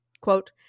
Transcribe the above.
quote